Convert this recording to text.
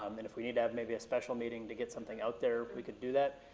um and if we need to have maybe a special meeting to get something out there, we could do that.